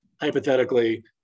hypothetically